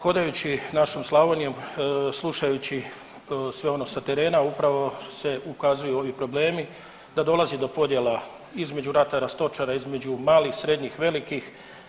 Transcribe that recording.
Hodajući našom Slavonijom, slušajući sve ono sa terena upravo se ukazuju ovi problemi da dolazi do podjela između ratara, stočara, između malih, srednjih, velikih.